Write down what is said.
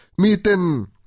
Miten